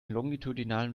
longitudinalen